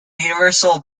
universal